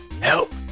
Help